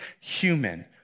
human